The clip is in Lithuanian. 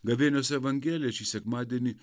gavėnios evangelija šį sekmadienį